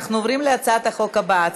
אנחנו עוברים להצעת החוק הבאה,